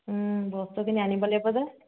বস্তুখিনি আনিব লাগিব যে